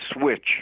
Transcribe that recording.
switch